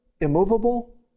immovable